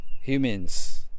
humans